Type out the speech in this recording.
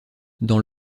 dans